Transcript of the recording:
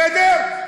בסדר?